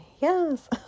yes